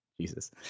Jesus